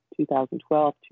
2012